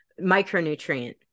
micronutrient